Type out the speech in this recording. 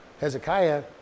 Hezekiah